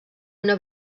una